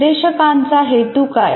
निर्देशकाचा हेतू काय